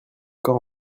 quand